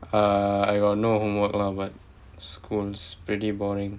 uh I got no homework lah but school's pretty boring